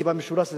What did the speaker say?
כי במשולש הזה,